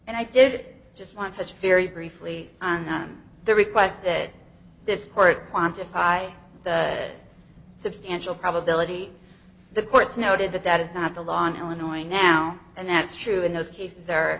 and i did just want such very briefly on the request that this court quantify the substantial probability the court's noted that that is not the law in illinois and now and that's true in those cases are